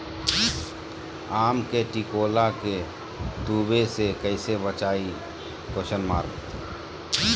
आम के टिकोला के तुवे से कैसे बचाई?